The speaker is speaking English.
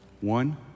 one